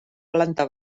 planta